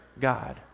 God